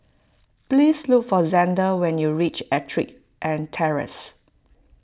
please look for Zander when you reach Ettrick and Terrace